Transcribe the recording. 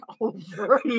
over